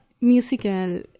musical